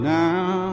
now